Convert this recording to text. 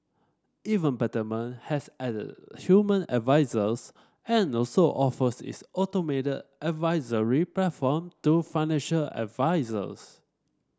even Betterment has added human advisers and also offers its automated advisory platform to financial advisers